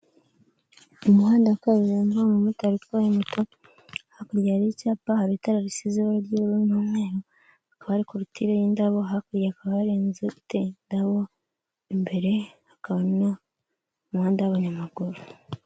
Umuhanda wa kabumba umumotari utwaye moto, hakurya hari icyapa hari itara risizeho ibara ry'ubururu n'umweru, hakaba hari korotire y'indabo, hakurya hakaba hari inzu iteyeho indabo, imbere hakaba umuhanda w'abanyamaguru.